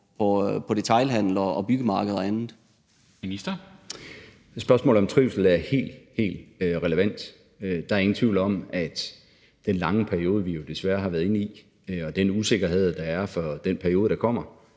Morten Bødskov (fg.): Spørgsmålet om trivsel er helt, helt relevant. Der er ingen tvivl om, at den lange periode, vi jo desværre har været inde i, og den usikkerhed, der er forbundet med den periode, der kommer,